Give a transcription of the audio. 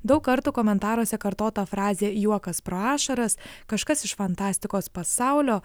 daug kartų komentaruose kartota frazė juokas pro ašaras kažkas iš fantastikos pasaulio